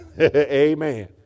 Amen